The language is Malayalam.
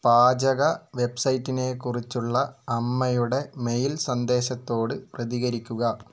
പാചക വെബ്സൈറ്റിനെക്കുറിച്ചുള്ള അമ്മയുടെ മെയിൽ സന്ദേശത്തോട് പ്രതികരിക്കുക